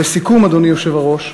ולסיכום, אדוני היושב-ראש,